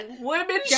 women